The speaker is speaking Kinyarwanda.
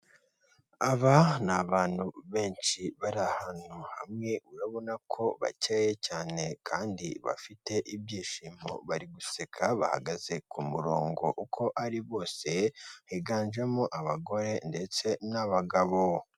Aba ni abantu benshi bari ahantu hamwe, urabona ko bakeya cyane kandi bafite ibyishimo bari guseka, bahagaze ku murongo uko ari bose, higanjemo abagore ndetse n'abagabo.